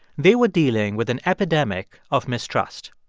they were dealing with an epidemic of mistrust.